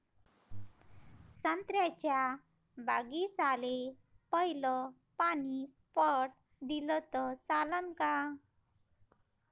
संत्र्याच्या बागीचाले पयलं पानी पट दिलं त चालन का?